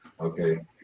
Okay